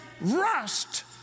rust